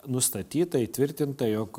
nustatyta įtvirtinta jog